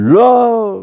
love